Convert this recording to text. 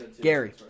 Gary